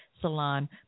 Salon